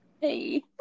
Hey